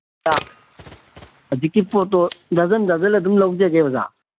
ꯍꯧꯖꯤꯛꯀꯤ ꯄꯣꯠꯇꯣ ꯗ꯭ꯔꯖꯟ ꯗ꯭ꯔꯖꯟ ꯑꯗꯨꯝ ꯂꯧꯖꯒꯦ ꯑꯣꯖꯥ